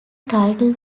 title